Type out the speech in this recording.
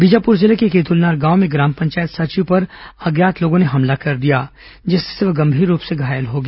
बीजापुर जिले के केतुलनार गांव में ग्राम पंचायत सचिव पर अज्ञात लोगों ने हमला कर दिया जिससे वह गंभीर रूप से घायल हो गया